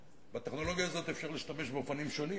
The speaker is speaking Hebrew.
בטכנולוגיה הזאת אפשר להשתמש באופנים שונים.